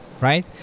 right